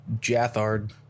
Jathard